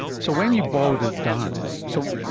so when you boiled it down, so